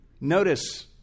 Notice